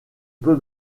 peu